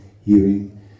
hearing